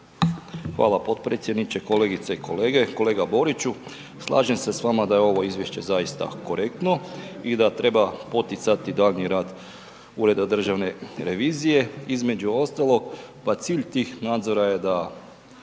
Hvala potpredsjedniče. Kolegice i kolege, kolega Boriću, slažem se s vama da je ovo izvješće zaista korektno i da treba poticati daljnji rad Ureda državne revizije, između ostalog, pa cilj tih nadzora je da